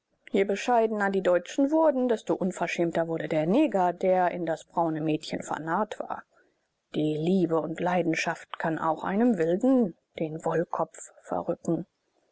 je bescheidener die deutschen wurden desto unverschämter wurde der neger der in das braune mädchen vernarrt war die liebe und leidenschaft kann auch einem wilden den wollkopf verrücken